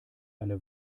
eine